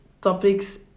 topics